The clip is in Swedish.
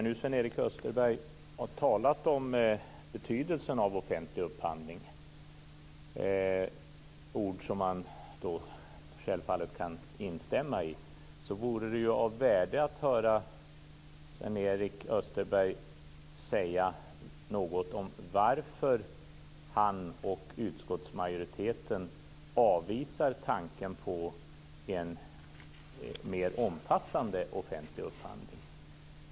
När Sven-Erik Österberg nu har talat om betydelsen av offentlig upphandling - ord som man självfallet kan instämma i - vore det av värde att höra Sven-Erik Österberg säga något om varför han och utskottsmajoriteten avvisar tanken på en mer omfattande offentlig upphandling.